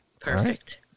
Perfect